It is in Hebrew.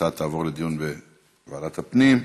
ההצעה תעבור לדיון בוועדת הפנים.